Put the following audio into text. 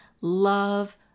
love